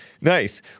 Nice